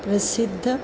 प्रसिद्ध